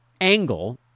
angle